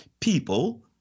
people